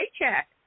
paycheck